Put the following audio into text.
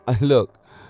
Look